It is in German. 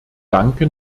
danke